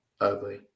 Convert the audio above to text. ugly